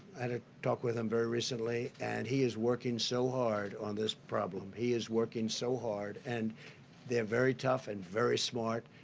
i had a talk with him very recently. and he is working so hard on this problem. he is working so hard. and they're very tough and very smart.